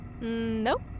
Nope